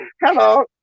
Hello